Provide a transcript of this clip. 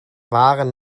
waren